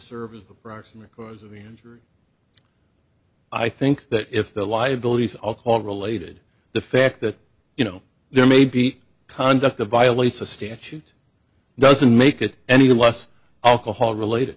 serve as the proximate cause of entry i think that if the liabilities alcohol related the fact that you know there may be conduct a violates a statute doesn't make it any less alcohol related